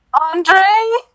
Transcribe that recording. Andre